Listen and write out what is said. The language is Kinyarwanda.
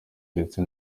ndetse